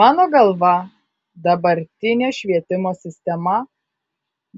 mano galva dabartinė švietimo sistema